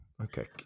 Okay